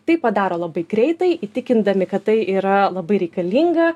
tai padaro labai greitai įtikindami kad tai yra labai reikalinga